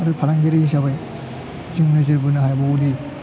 आरो फालांगियारि हिसाबै जों नोजोर बोनो हाबावो दि